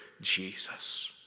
Jesus